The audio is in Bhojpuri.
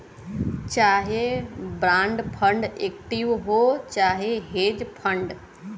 चाहे बान्ड फ़ंड इक्विटी हौ चाहे हेज फ़ंड